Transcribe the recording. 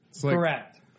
Correct